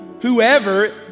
Whoever